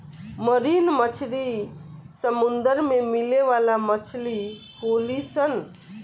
marine मछली समुंदर में मिले वाला मछली होली सन